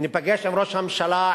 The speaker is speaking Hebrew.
ניפגש עם ראש הממשלה,